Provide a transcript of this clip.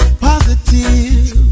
positive